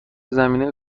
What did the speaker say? زمینه